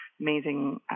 Amazing